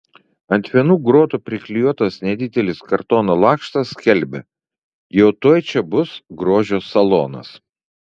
ant vienų grotų priklijuotas nedidelis kartono lakštas skelbia jau tuoj čia bus grožio salonas